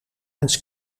eens